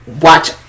watch